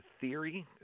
Theory